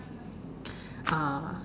ah